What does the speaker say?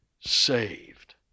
saved